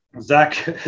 Zach